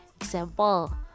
Example